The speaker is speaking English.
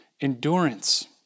endurance